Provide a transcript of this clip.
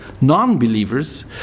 non-believers